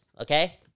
Okay